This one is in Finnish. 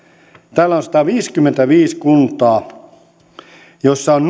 täällä on sataviisikymmentäviisi kuntaa joissa on